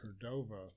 cordova